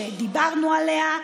שדיברנו עליה.